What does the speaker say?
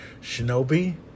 Shinobi